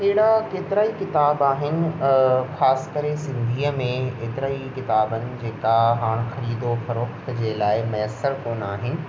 हेड़ा केतिरा ई किताब आहिनि ख़ासि करे सिंधीअ में हेतिरा ई किताब आहिनि जेका हाणे ख़रीद ख़रीद फ़रोख़्त जे लाइ मुयसरु कोन आहिनि